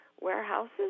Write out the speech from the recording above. warehouses